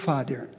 Father